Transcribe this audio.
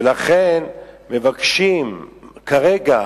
ולכן מבקשים כרגע,